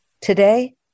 Today